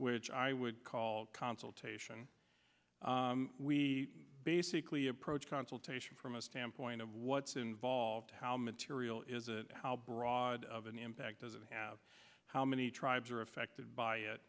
which i would call consultation we basically approach consultation from a standpoint of what's involved how material is it how broad of an impact does it have how many tribes are affected by it